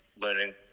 learning